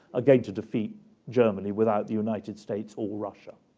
ah going to defeat germany without the united states or russia.